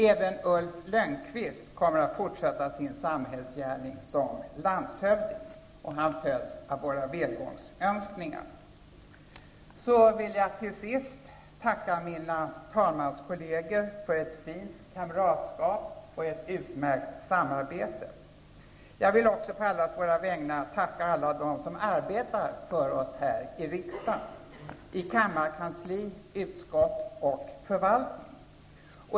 Även Ulf Lönnqvist kommer att fortsätta sin samhällsgärning som landshövding. Han följs av våra välgångsönkningar. Så vill jag till sist tacka mina talmanskollegor för ett fint kamratskap och ett utmärkt samarbete. Jag vill också på allas våra vägnar tacka alla dem som arbetar för oss här i riksdagen, i kammarkansli, utskott och förvaltning.